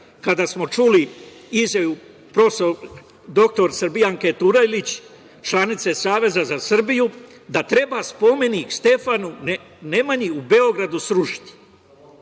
kada smo čuli izjavu dr Srbijanke Turajlić, članice Saveza za Srbiju da treba spomenik Stefanu Nemanji u Beogradu srušiti.